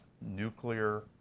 nuclear